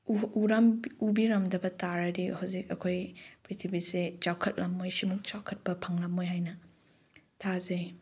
ꯎꯕꯤꯔꯝꯗꯕ ꯇꯥꯔꯗꯤ ꯍꯧꯖꯤꯛ ꯑꯩꯈꯣꯏ ꯄ꯭ꯔꯤꯊꯤꯕꯤꯁꯦ ꯆꯥꯎꯈꯠꯂꯝꯃꯣꯏ ꯁꯤꯃꯨꯛ ꯆꯥꯎꯈꯠꯄ ꯐꯪꯂꯝꯃꯣꯏ ꯍꯥꯏꯅ ꯊꯥꯖꯩ